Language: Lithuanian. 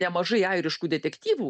nemažai airiškų detektyvų